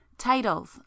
titles